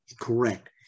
Correct